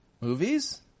movies